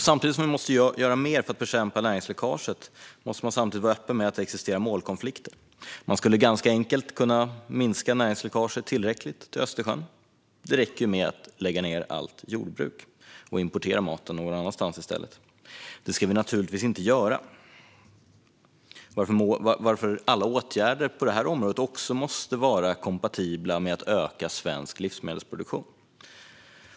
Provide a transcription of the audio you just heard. Samtidigt som vi ska göra mer för att bekämpa näringsläckaget måste vi vara öppna med att det existerar målkonflikter. Man skulle ganska enkelt kunna minska näringsläckaget tillräckligt till Östersjön genom att lägga ned allt jordbruk och importera all mat. Men så ska vi naturligtvis inte göra, och därför måste alla åtgärder på detta område vara kompatibla med att öka svensk livsmedelsproduktion.